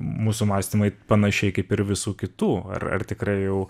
mūsų mąstymai panašiai kaip ir visų kitų ar ar tikrai jau